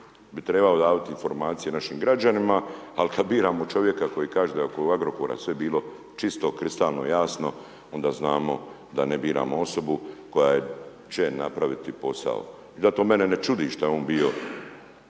bi trebao javiti informacije našim građanima, ali kad biramo čovjeka koji kaže da je oko Agrokora sve bilo čisto, kristalno jasno, onda znamo da ne biramo osobu koja će napraviti posao. Zato mene ne čudi šta je bio,